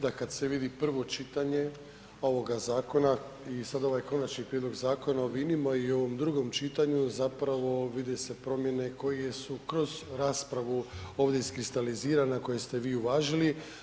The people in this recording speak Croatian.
Da kad se vidi prvo čitanje ovoga zakona i sad ovaj Konačni prijedlog Zakona o vinima i u ovom drugom čitanju zapravo vide se promjene koje su kroz raspravu ovdje iskristalizirana koje ste vi uvažili.